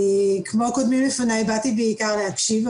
כמו הקודמים לפניי באתי בעיקר להקשיב,